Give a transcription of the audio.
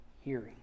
hearing